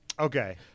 Okay